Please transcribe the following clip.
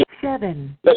Seven